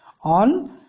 on